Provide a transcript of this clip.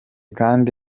kandi